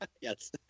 Yes